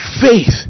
Faith